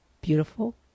beautiful